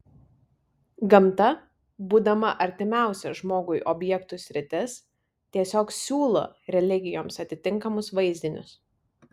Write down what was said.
gamta būdama artimiausia žmogui objektų sritis tiesiog siūlo religijoms atitinkamus vaizdinius